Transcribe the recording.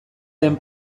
lehen